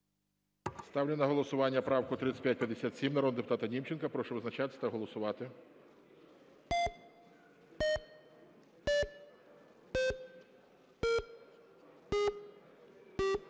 Ставлю на голосування правку 3596 народного депутата Шуфрича. Прошу визначатись та голосувати.